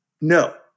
No